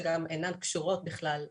שגם אינן קשורות בכלל לאירוע.